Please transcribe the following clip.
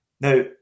Now